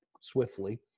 swiftly